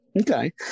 Okay